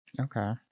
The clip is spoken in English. Okay